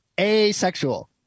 asexual